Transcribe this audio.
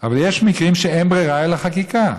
אבל יש מקרים שאין ברירה אלא חקיקה.